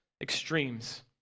extremes